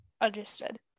understood